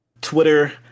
Twitter